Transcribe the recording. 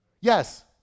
Yes